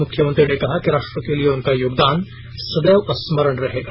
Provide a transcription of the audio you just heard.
मुख्यमंत्री ने कहा कि राष्ट्र के लिए उनका योगदान सदैव स्मरण रहेगा